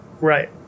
Right